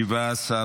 התשפ"ג 2023,